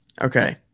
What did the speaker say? Okay